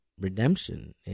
redemption